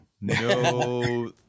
No